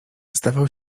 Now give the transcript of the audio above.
zdawał